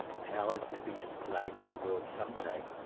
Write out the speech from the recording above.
powers to be displayed to the world some day,